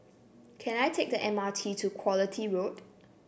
can I take the M R T to Quality Road